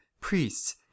priests